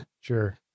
sure